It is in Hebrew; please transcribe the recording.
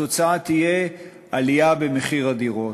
התוצאה תהיה עלייה במחיר הדירות.